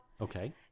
Okay